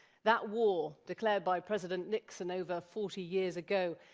that war, declared by president nixon over forty years ago,